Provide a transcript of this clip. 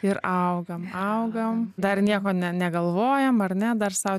ir augam augam dar nieko ne negalvojam ar ne dar sau